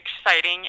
exciting